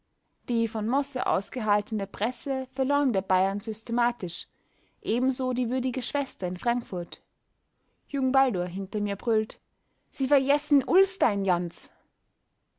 die von mosse ausgehaltene presse verleumde bayern systematisch ebenso die würdige schwester in frankfurt jung-baldur hinter mir brüllt sie verjessen